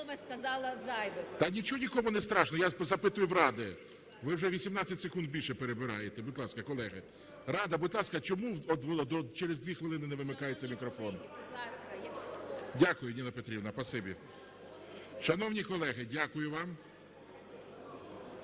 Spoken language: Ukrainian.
Та нічого нікому не страшно, я запитую в "Ради", ви вже 18 секунд більше перебираєте. Будь ласка, колеги. "Рада", будь ласка, чому через 2 хвилини не вимикається мікрофон? Дякую, Ніна Петрівна. Спасибі. Шановні колеги, дякую вам.